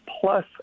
plus